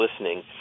listening